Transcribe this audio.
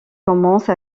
commence